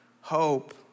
hope